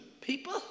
people